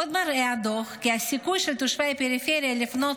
עוד מראה הדוח כי הסיכוי של תושבי הפריפריה לפנות